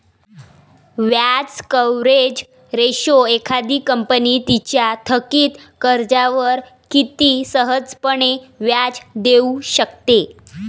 व्याज coverage ratio एखादी company तिच्या थकित कर्जावर किती सहजपणे व्याज देऊ शकते